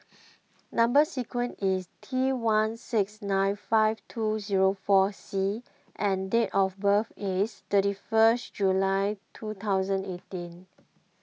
Number Sequence is T one six nine five two zero four C and date of birth is thirty first July two thousand eighteen